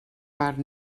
part